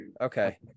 okay